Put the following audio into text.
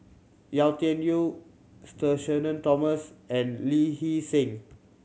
Yau Tian Yau Sir Shenton Thomas and Lee Hee Seng